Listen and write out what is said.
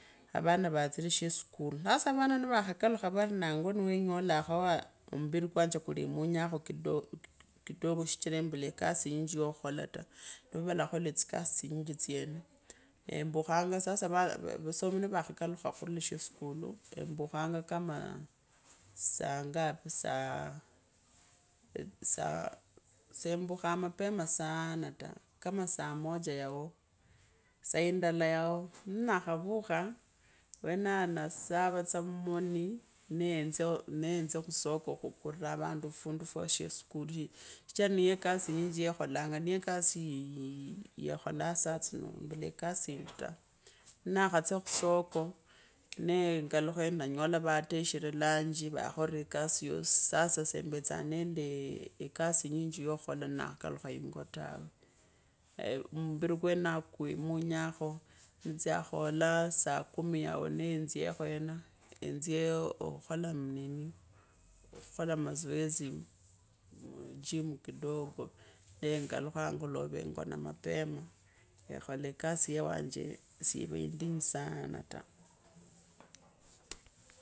Avana vaatsire sheshulu, hasa vana nivakhakalukha vori nangwa niwaenyolekhoo ombiri khwanje kulemunyaakho kidogo kidogo shichira embula ekasi inyinji ya khukholata, nnivo valakhola tsikasi tsinyinji tsyene mbukhanga sasa vana vasomi nivakhalukha khurula sheskulu, embukhanga kamaa saa ngapi saa saa seembukhaa mapema sana ta, kama saa moja yao saa indala yaoa nnakhavukha wenao nasavetsa muumoni neenze neenze khusoko khukuura avundu fundu fwa she skuluyi shichira niyekazi inyinji yekhalenga niyo ekasi yee kholaa saa tsino mbula kasi yindu ta, makhatsya khusoko, nee ngalukhe nanyola vaateshire lunchi mmbiri wenaokwimunyakho ni tsyakhola saa kumi yao nee enzyekho yona nzye okhukhola enini, okhukhola mazoezi mu gym kidogo nee ngalukhe angolove. Ngone mapema ekhola kasi yewanje siiva indinyu saana ta.